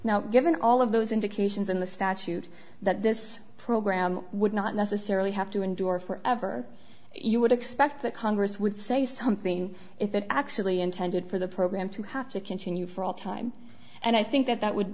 now given all of those indications in the statute that this program would not necessarily have to endure forever you would expect that congress would say something if it actually intended for the program to have to continue for all time and i think that that would